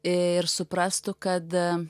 ir suprastų kad